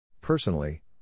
Personally